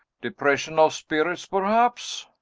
depression of spirits, perhaps?